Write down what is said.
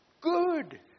Good